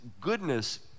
goodness